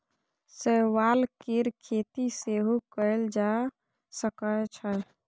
शैवाल केर खेती सेहो कएल जा सकै छै